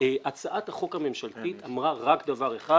הצעת החוק הממשלתית אמרה רק דבר אחד